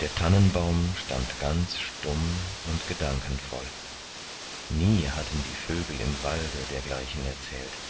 der tannenbaum stand ganz stumm und gedankenvoll nie hatten die vögel im walde dergleichen erzählt